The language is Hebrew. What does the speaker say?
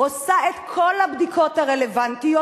עושה את כל הבדיקות הרלוונטיות,